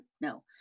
No